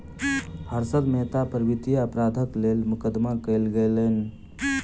हर्षद मेहता पर वित्तीय अपराधक लेल मुकदमा कयल गेलैन